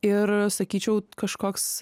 ir sakyčiau kažkoks